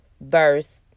verse